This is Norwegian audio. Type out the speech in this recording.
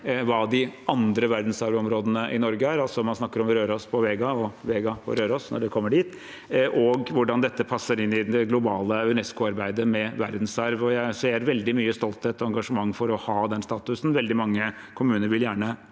hva de andre verdensarvområdene i Norge er – altså at man snakker om Røros på Vega og Vega på Røros når det kommer dit – og hvordan dette passer inn i det globale UNESCO-arbeidet med verdensarv. Jeg ser veldig mye stolthet og engasjement for å ha den statusen – veldig mange kommuner vil gjerne